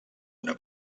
una